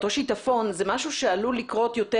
אותו שיטפון זה משהו שעלול לקרות יותר